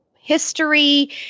history